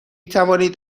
توانید